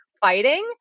fighting